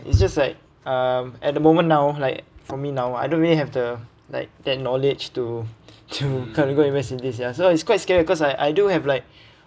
it's just like um at the moment now like for me now I don't really have the like that knowledge to to kind of go invest in this ya so it's quite scary cause I I do have like